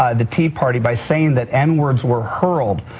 ah the tea party by saying that and words were hurled